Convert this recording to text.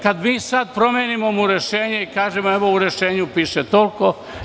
Kada mu mi sad promenimo rešenje i kažemo – evo, u rešenju piše toliko.